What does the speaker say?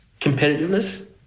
competitiveness